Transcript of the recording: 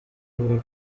avuga